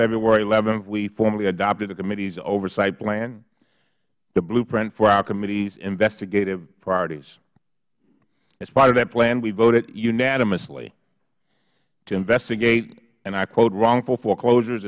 februaryhth we formally adopted the committee's oversight plan the blueprint for our committee's investigative priorities as part of that plan we voted unanimously to investigate and i quote wrongful foreclosures